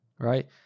right